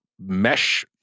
mesh